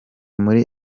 muri